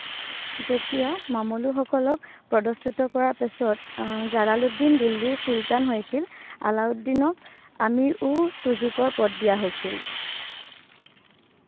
যেতিয়া মামলুকসকলক পদচ্যুত কৰাৰ পিছত জালালুদ্দিন দিল্লীৰ চুলতান হৈছিল আলাউদ্দিনক আমিৰ ই টুজুকৰ পদ দিয়া হৈছিল